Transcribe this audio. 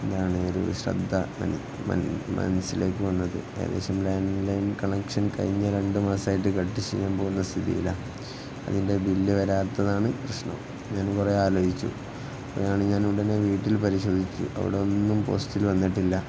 എന്താണ് ഒരു ശ്രദ്ധ മനസ്സിലേക്കു വന്നത് ഏകദേശം ലാൻഡ് ലൈന് കണക്ഷൻ കഴിഞ്ഞ രണ്ടു മാസമായിട്ട് കട്ട് ചെയ്യാൻ പോകുന്ന സ്ഥിതിയിലാണ് അതിൻ്റെ ബില്ല് വരാത്തതാണ് പ്രശ്നം ഞാൻ കുറേ ആലോചിച്ചു അതാണ് ഞാനുടനെ വീട്ടിൽ പരിശോധിച്ചു അവിടൊന്നും പോസ്റ്റില് വന്നിട്ടില്ല